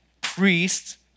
priests